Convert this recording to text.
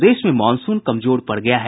प्रदेश में मॉनसून कमजोर पड़ गया है